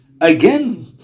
again